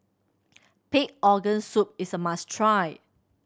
pig organ soup is a must try